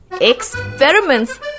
Experiments